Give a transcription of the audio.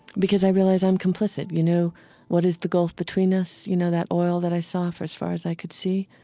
because i realize i'm complicit. you know what is the gulf between us? you know, that oil that i saw for as far as i could see?